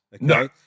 No